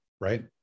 right